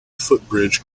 footbridge